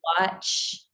watch